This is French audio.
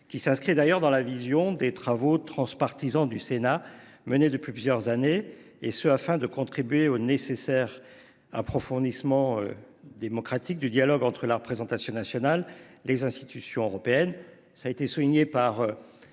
ci est d’ailleurs conforme aux travaux transpartisans menés par le Sénat depuis plusieurs années afin de contribuer au nécessaire approfondissement démocratique du dialogue entre la représentation nationale et les institutions européennes.